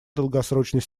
долгосрочной